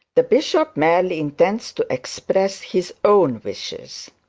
the bishop merely intends to express his own wishes